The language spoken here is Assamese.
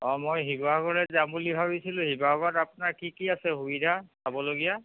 অঁ মই শিৱসাগৰলৈ যাম বুলি ভাবিছিলোঁ শিৱসাগৰত আপোনাৰ কি কি আছে সুবিধা চাবলগীয়া